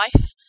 life